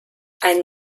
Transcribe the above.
einen